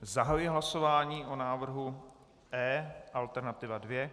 Zahajuji hlasování o návrhu E, alternativa 2.